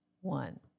one